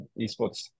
Esports